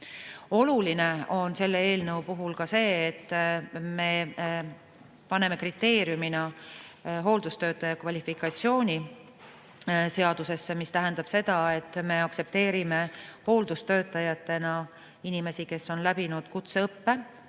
Oluline on selle eelnõu puhul ka see, et me paneme seadusesse hooldustöötaja kvalifikatsiooni kriteeriumi, mis tähendab seda, et me aktsepteerime hooldustöötajatena inimesi, kes on läbinud kutseõppe